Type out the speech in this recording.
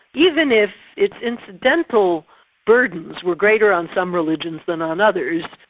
even if its incidental burdens were greater on some religions than on others,